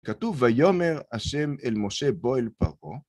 כתוב ויאמר השם אל משה בוא אל פרעה